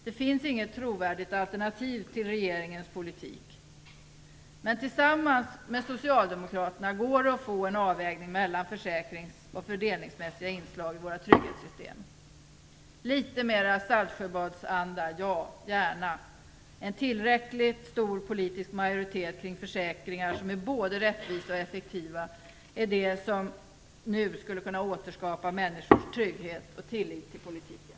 Det finns inget trovärdigt alternativ till regeringens politik. Men tillsammans med Socialdemokraterna går det att få en avvägning mellan försäkrings och fördelningsmässiga inslag i våra trygghetssystem. Gärna litet mer Saltsjöbadsanda. En tillräckligt stor politisk majoritet kring försäkringar som är både rättvisa och effektiva är det som nu skulle kunna återskapa människors trygghet och tillit till politiken.